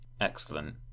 Excellent